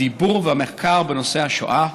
הדיבור והמחקר בנושא השואה,